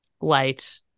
light